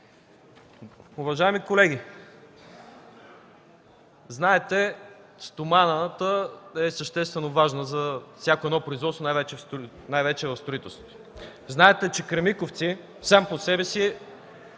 Уважаеми колеги, знаете, че стоманата е съществено важна за всяко едно производство, най-вече в строителството. Знаете, че сам по себе си